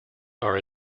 are